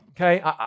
okay